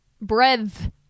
Breath